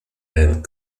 and